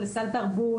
סל תרבות,